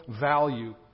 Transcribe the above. value